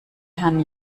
herrn